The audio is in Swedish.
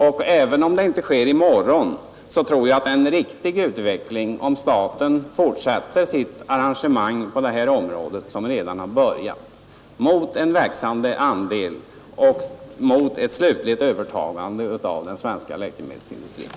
Och även om den inte sker i morgon tror jag det är en riktig utveckling om staten ökar sitt engagemang på detta område mot en växande andel och ett slutligt övertagande av den svenska läkemedelsindustrin.